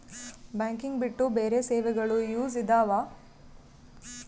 Banking ಬಿಟ್ಟು ಬೇರೆ ಸೇವೆಗಳು ಯೂಸ್ ಇದಾವ?